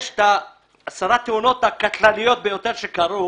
יש עשר התאונות הקטלניות ביותר שקרו